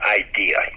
idea